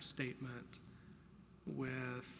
statement with